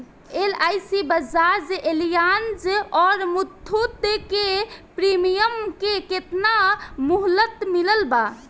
LIC Bajaj Allianz आउर मुथूट के premium के केतना मुहलत मिलल बा?